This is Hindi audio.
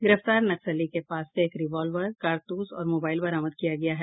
गिरफ्तार नक्सली के पास से एक रिवाल्वर कारतूस और मोबाइल बरामद किया गया है